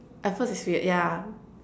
at first it's weird yeah